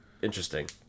interesting